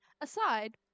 Aside